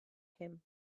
him